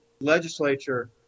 legislature